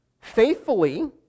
faithfully